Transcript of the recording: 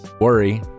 Worry